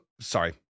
sorry